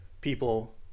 people